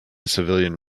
civilian